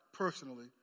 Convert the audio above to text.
personally